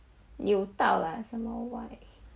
扭到 lah 什么歪